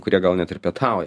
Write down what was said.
kurie gal net ir pietauja